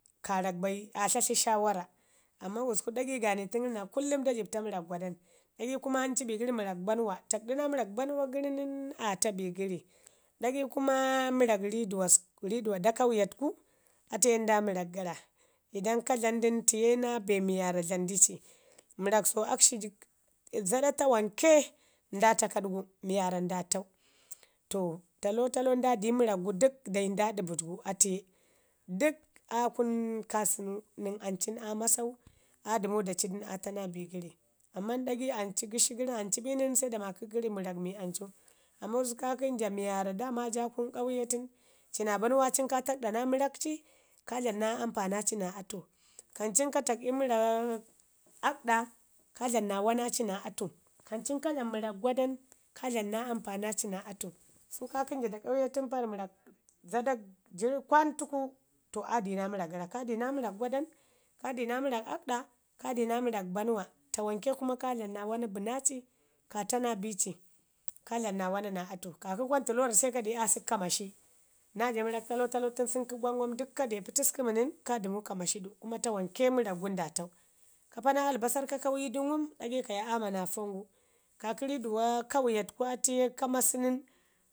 karrak bai aa tlaatli dəkshi shawa ra. amman gurua ku dagai gane tən gəri naa kullum da dibb taa bi gəri mərrak gwadanu dagai kum mərrak rridliwa da kauya tuku atuye nda mərr akgara idan ka dlam du nən tiye naa bee warra dlamdici mərrak so akashi zadak tawanke nda taakaɗgu mi wanda nda taau. To talotalo ke nda di mərra kgu dək nda ɗəbə dgu atiye dək aa kun ka sunu nən ancu nən aa masau aa dumu da aidu nən aa taa naa bigəri. amma dagai gəshi geri maki bənən sai da maki kəri wanda gəshi gəri ancu, aəmman kaki jaa wanda dama jaa kur auye tunu ci na bannwa cin ka takɗanaa mərra ci ka dlamna ampana ci naa atu kancin kataakoi mərrak aakkɗa ka dlam naa wannanci naa atu kamcin ka dlam mərrak gwadan ka dlam naa ampana ci naa atu kaki jaa ndak auye mərrak zadale kwan tuku to aa dina mərrak gara kadina mərrak gwadan, ka dina mərrak bannwa, kadina mərrak aakkɗa tawanke kuma ka dlam naa wanna bənnaci ka taa naa bici ka dlam naa wanna naa atu. Kaki controller sai ka de aasək ka maashi naa jaa mərrak talotalo tunu sanu kə gwongon dək ka dew putuəku mu nən ka dəmu ka maashidu kuma tawarki mərrakgu nda taau. Ka paa naa albasan ka kauyudu ngum dagi kwaya aama na foongu. kakə rriduwa kanya fuku atuye ka massadu nən